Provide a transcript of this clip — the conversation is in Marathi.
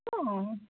हां